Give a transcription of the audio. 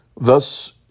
Thus